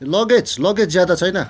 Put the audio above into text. luggage luggage ज्यादा छैन